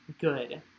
good